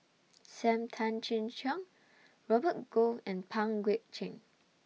SAM Tan Chin Siong Robert Goh and Pang Guek Cheng